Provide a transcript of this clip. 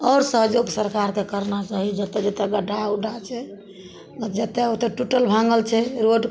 आओर सहयोग सरकारके करना चाही जतऽ जतऽ गड्ढा उड्ढा छै जतय टूटल भाँगल छै रोड